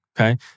Okay